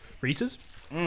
Reese's